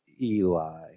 Eli